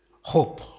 hope